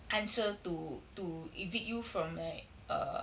answer to to evict you from like err